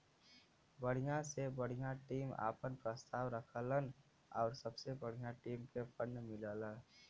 बढ़िया से बढ़िया टीम आपन प्रस्ताव रखलन आउर सबसे बढ़िया टीम के फ़ंड मिलला